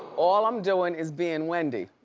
all i'm doing is being wendy.